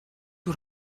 oer